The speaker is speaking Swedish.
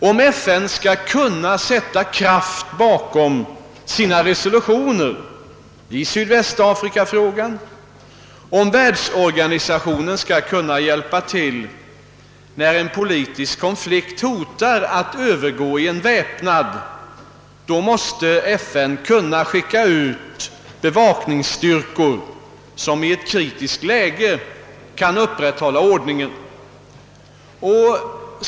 Om FN skall kunna sätta kraft bakom sina resolutioner i sydvästafrikafrågan, om världsorganisationen skall kunna hjälpa till när en politisk konflikt hotar att övergå i en väpnad, då måste FN kunna skicka ut bevakningsstyrkor, som i ett kritiskt läge kan upprätthålla ordningen.